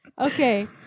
Okay